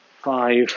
Five